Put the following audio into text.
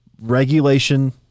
regulation